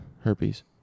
Herpes